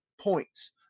points